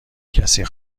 کسی